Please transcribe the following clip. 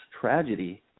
tragedy